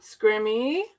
Scrimmy